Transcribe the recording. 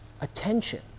attention